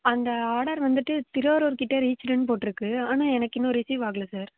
அந்த ஆர்டர் வந்துட்டு திருவாரூர்கிட்ட ரீச்சிடுன்னு போட்டுருக்கு ஆனால் எனக்கு இன்னும் ரிசீவ் ஆகலை சார்